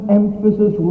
emphasis